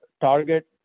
target